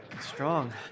Strong